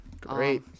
Great